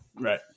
Right